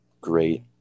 great